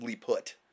put